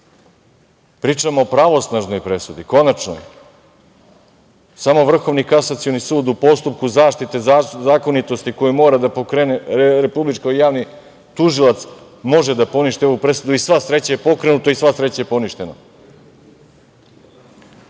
Pričamo o pravosnažnoj presudi, konačnoj. Samo Vrhovni kasacioni sud u postupku zaštite zakonitosti koji mora da pokrene Republički javni tužilac može da poništi ovu presudu i sva sreća da je pokrenuto i sva sreća da je poništena.